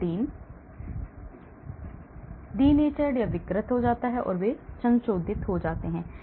इसलिए प्रोटीन विकृत हो जाता है वे संशोधित हो जाते हैं